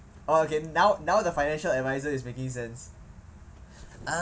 orh okay now now the financial advisor is making sense I